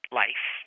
life